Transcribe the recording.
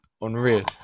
unreal